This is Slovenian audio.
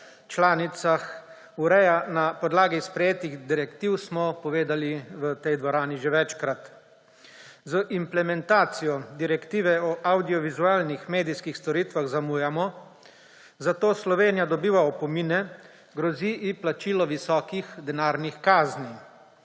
članicah ureja na podlagi sprejetih direktiv, smo povedali v tej dvorani že večkrat. Z implementacijo direktive o avdiovizualnih medijskih storitvah zamujamo, zato Slovenija dobiva opomine, grozi ji plačilo visoke denarne kazni.